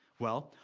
well,